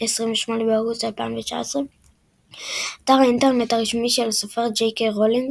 28 באוגוסט 2019 אתר האינטרנט הרשמי של הסופרת ג'יי קיי רולינג